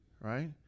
right